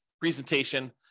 presentation